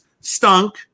stunk